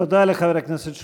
תודה לחבר הכנסת שמולי.